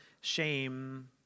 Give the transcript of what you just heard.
shame